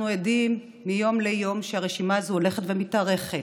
אנחנו עדים לכך שמיום ליום הרשימה הזאת הולכת ומתארכת.